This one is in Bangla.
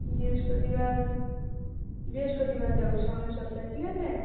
বৃহস্পতিবার বৃহস্পতিবার যাবো সামনের সপ্তাহে ঠিক আছে